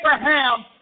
Abraham